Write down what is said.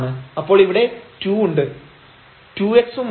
അപ്പോൾ ഇവിടെ 2 ഉണ്ട് 2x ഉം ഉണ്ട്